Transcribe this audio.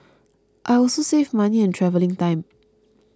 I also save money and travelling time